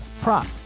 prop